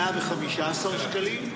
115 שקלים,